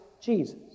Jesus